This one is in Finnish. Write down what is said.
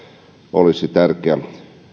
olisi tärkeä